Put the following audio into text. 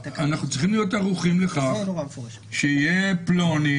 אנחנו צריכים להיות ערוכים לכך שיהיה פלוני,